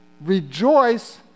Rejoice